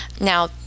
Now